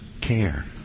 care